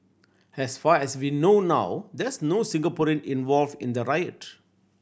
as far as we know now there's no Singaporean involved in the riot